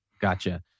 gotcha